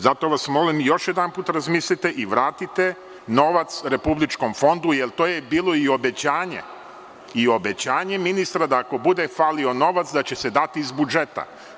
Zato vas molim još jedanput razmislite i vratite nova republičkom fondu jer to je bilo i obećanje, i obećanje ministra da ako bude falio novac, da će se dati iz budžeta.